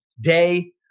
day